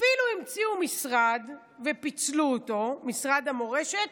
אפילו המציאו משרד ופיצלו אותו, משרד המורשת,